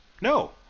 No